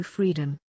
Freedom